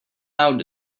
out